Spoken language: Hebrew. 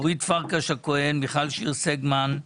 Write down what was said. אורית פרקש הכהן, מיכל שיר סגמן,